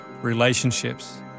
relationships